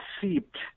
seeped